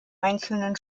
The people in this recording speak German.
einzelnen